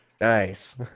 Nice